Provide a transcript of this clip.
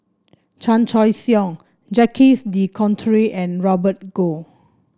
Chan Choy Siong Jacques De Coutre and Robert Goh